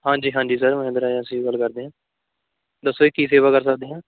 ਹਾਂਜੀ ਹਾਂਜੀ sir Mahindra agency ਤੋਂ ਗੱਲ ਕਰਦੇ ਹਾਂ ਦੱਸੋ ਜੀ ਕੀ ਸੇਵਾ ਕਰ ਸਕਦੇ ਹਾਂ